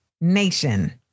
nation